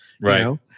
Right